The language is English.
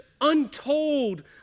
untold